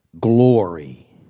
glory